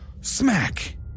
smack